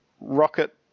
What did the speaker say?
rocket